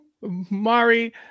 Mari